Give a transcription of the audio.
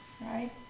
right